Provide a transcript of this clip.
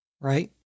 right